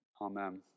Amen